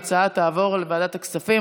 ההצעה תעבור לוועדת הכספים.